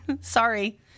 Sorry